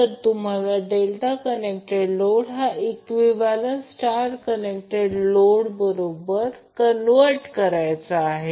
तर तुम्हाला delta connected load हा इक्विवलेंट स्टार कनेक्टेड लोडसोबत कन्व्हर्ट करायचा आहे